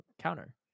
counter